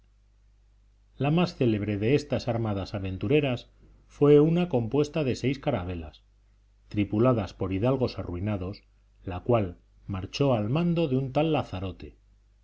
las más célebre de estas armadas aventureras fue una compuesta de seis carabelas tripuladas por hidalgos arruinados la cual marchó al mando de un tal lazarote